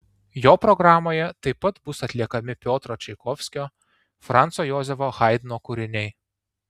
jo programoje taip pat bus atliekami piotro čaikovskio franco jozefo haidno kūriniai